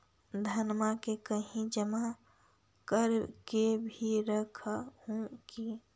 धनमा के कहिं जमा कर के भी रख हू की?